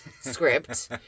script